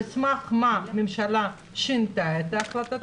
על סמך מה הממשלה שינתה את החלטתה?